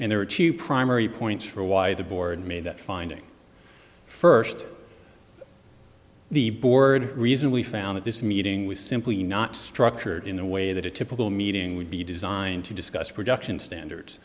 and there are two primary points for why the board made that finding first the board reason we found at this meeting was simply not structured in a way that a typical meeting would be designed to discuss production standards